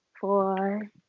Four